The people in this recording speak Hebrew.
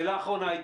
שאלה אחרונה.